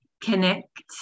connect